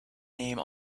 name